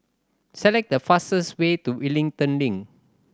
select the fastest way to Wellington Link